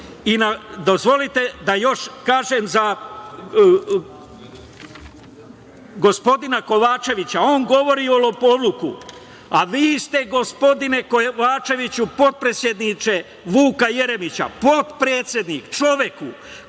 i dozvolite da još kažem za gospodina Kovačevića. On govori o lopovluku, a vi ste gospodine Kovačeviću, potpredsedniče Vuka Jeremića, potpredsednik, čoveku koji